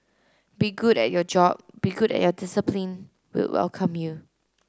be good at your job be good at your discipline we'll welcome you